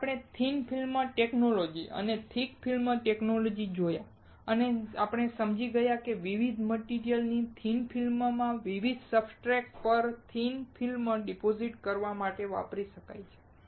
પછી આપણે thin film technology અને થીક ફિલ્મ ટેક્નૉલોજિ જોયા અને આપણે સમજી ગયા કે વિવિધ મટીરીયલની થિન ફિલ્મો વિવિધ સબસ્ટ્રેટ પર થિન ફિલ્મ ડિપોઝિટ કરવા માટે વાપરી શકાય છે